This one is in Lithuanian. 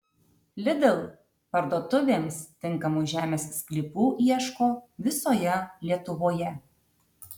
lidl parduotuvėms tinkamų žemės sklypų ieško visoje lietuvoje